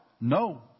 No